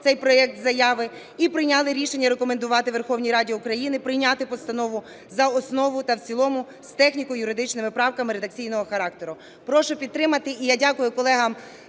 цей проект заяви і прийняли рішення рекомендувати Верховній Раді України прийняти постанову за основу та в цілому з техніко-юридичними правками редакційного характеру. Прошу підтримати. І я дякую колегам